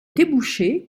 débouchés